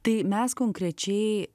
tai mes konkrečiai